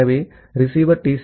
ஆகவே receiver D